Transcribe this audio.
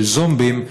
של זומבים,